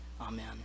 Amen